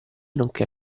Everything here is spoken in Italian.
nonché